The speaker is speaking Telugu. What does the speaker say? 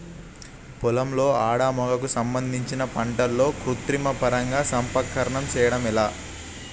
పొలంలో మగ ఆడ కు సంబంధించిన పంటలలో కృత్రిమ పరంగా సంపర్కం చెయ్యడం ఎట్ల?